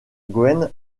gwen